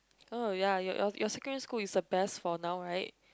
oh ya your your secondary school is a best for now right